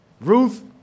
Ruth